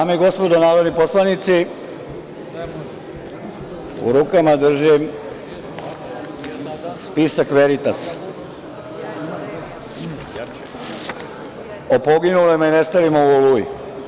Dame i gospodo narodni poslanici, u rukama držim spisak Veritas o poginulima i nestalima u Oluji.